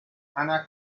anna